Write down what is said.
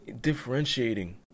differentiating